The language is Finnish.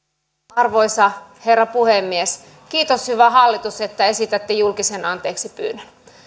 arvoisa herra puhemies kiitos hyvä hallitus että esitätte julkisen anteeksipyynnön